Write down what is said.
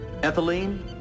ethylene